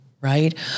Right